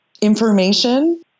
information